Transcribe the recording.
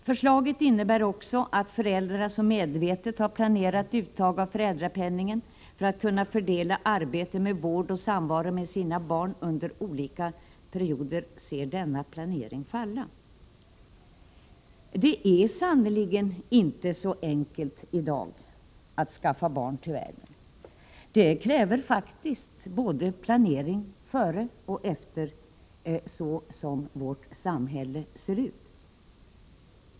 Förslaget innebär också att föräldrar som medvetet har planerat uttag av föräldrapenningen för att kunna fördela arbete, vård av och samvaro med sina barn under olika perioder ser denna planering falla. Det är sannerligen inte så enkelt i dag att skaffa barn till världen. Det kräver faktiskt planering både före och efter, så som vårt samhälle ser ut.